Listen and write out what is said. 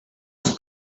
was